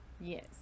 Yes